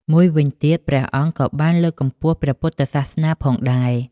មួយវិញទៀត ព្រះអង្គក៏បានលើកកម្ពស់ព្រះពុទ្ធសាសនាផងដែរ។